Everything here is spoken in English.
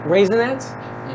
Raisinets